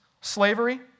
slavery